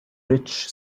rich